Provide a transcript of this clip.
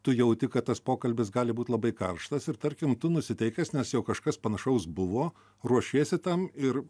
tu jauti kad tas pokalbis gali būt labai karštas ir tarkim tu nusiteikęs nes jau kažkas panašaus buvo ruošiesi tam ir